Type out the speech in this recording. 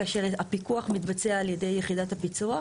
כאשר הפיקוח מתבצע על ידי יחידת הפיצוח.